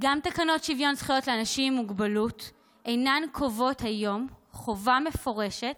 גם תקנות שוויון זכויות לאנשים עם מוגבלות אינן קובעות כיום חובה מפורשת